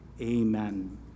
Amen